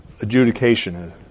adjudication